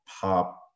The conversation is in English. pop